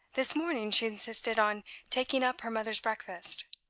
this morning she insisted on taking up her mother's breakfast,